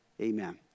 amen